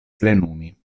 plenumi